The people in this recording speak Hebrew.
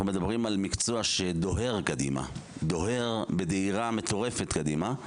אנחנו מדברים על מקצוע שדוהר בדהירה מטורפת קדימה.